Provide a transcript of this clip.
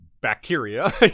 bacteria